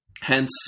Hence